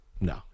No